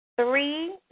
three